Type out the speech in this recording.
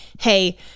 hey